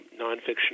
nonfiction